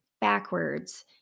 backwards